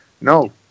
No